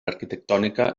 arquitectònica